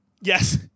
Yes